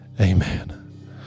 Amen